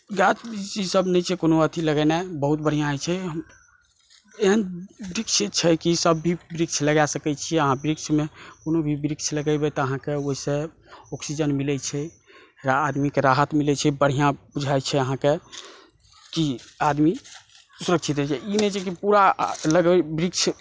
गाछ वृक्ष सब नहि छै कोनो अथी लगेनाइ बहुत बढ़िऑं होइ छै एहन वृक्ष छै कि सब वृक्ष लगाय सकै छियै अहाँ वृक्षमे कोनो भी वृक्ष लगेबै तऽ अहाँकेँ ओहिसे ऑक्सीजन मिलै छै आदमीके राहत मिलै छै बढ़िऑं बुझाइ छै अहाँकेॅं कि आदमी सुरक्षित रहै छै ई नहि छै कि पूरा वृक्ष